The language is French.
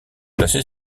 placée